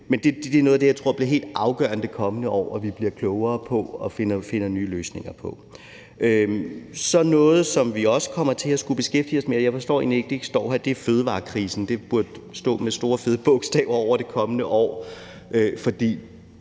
Det er noget af det, jeg tror bliver helt afgørende i det kommende år vi bliver klogere på og finder nye løsninger på. Kl. 15:24 Så er der noget, som vi også kommer til at skulle beskæftige os med, og jeg forstår egentlig ikke, at det ikke står her, og det er fødevarekrisen. Det burde stå med store, fede bogstaver over det kommende år, for